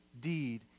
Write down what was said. deed